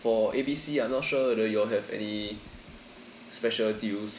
for A B C I'm not sure whether you all have any special deals